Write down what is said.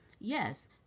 yes